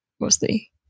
mostly